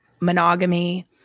monogamy